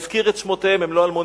ואזכיר את שמותיהם, הם לא אלמונים: